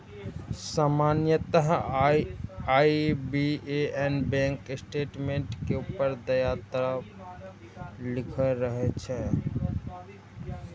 सामान्यतः IBAN bank statement के ऊपर दायां तरफ लिखल रहै छै